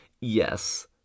Yes